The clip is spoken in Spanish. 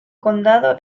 condado